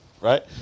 right